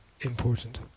important